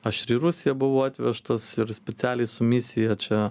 aš ir į rusiją buvau atvežtas ir specialiai su misija čia